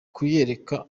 kuyereka